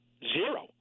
Zero